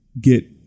get